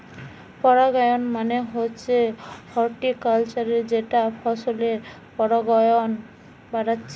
পরাগায়ন মানে হচ্ছে হর্টিকালচারে যেটা ফসলের পরাগায়ন বাড়াচ্ছে